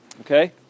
okay